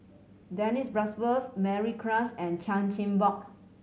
Dennis Bloodworth Mary Klass and Chan Chin Bock